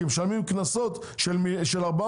אנחנו צריכים לעלות על זה שקנסות של 400